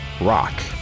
rock